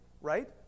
right